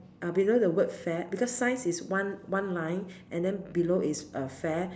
uh below the word fair because science is one one line and then below is uh fair